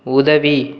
உதவி